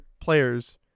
players